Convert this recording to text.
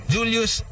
Julius